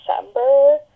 December